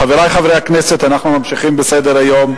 חברי חברי הכנסת, אנחנו ממשיכים בסדר-היום.